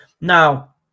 Now